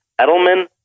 Edelman